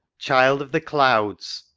child of the clouds!